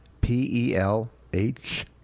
P-E-L-H